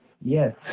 Yes